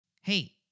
Hey